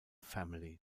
family